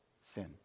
sin